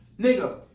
Nigga